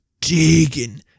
digging